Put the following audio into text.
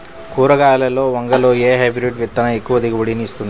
కూరగాయలలో వంగలో ఏ హైబ్రిడ్ విత్తనం ఎక్కువ దిగుబడిని ఇస్తుంది?